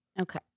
Okay